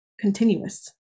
continuous